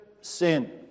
sin